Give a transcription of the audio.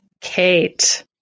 Kate